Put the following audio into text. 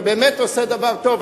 והוא באמת עושה דבר טוב,